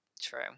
true